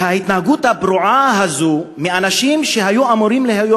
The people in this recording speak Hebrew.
את ההתנהגות הפרועה הזאת של אנשים שאמורים להיות